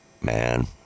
Man